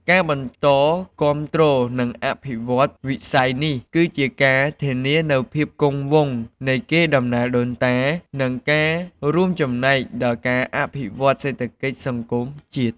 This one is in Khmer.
ការបន្តគាំទ្រ និងអភិវឌ្ឍន៍វិស័យនេះ គឺជាការធានានូវភាពគង់វង្សនៃកេរដំណែលដូនតា និងការរួមចំណែកដល់ការអភិវឌ្ឍន៍សេដ្ឋកិច្ចសង្គមជាតិ។